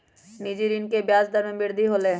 निजी ऋण के ब्याज दर में वृद्धि होलय है